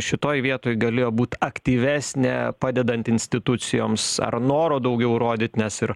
šitoj vietoj galėjo būt aktyvesnė padedant institucijoms ar noro daugiau rodyt nes ir